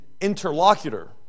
interlocutor